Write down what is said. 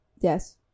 Yes